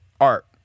art